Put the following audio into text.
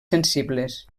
sensibles